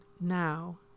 now